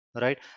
right